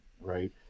Right